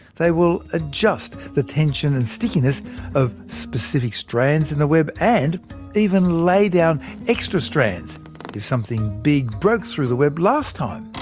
they will adjust the tension and stickiness of specific strands in the web, and even lay down extra strands if something big broke through the web last time.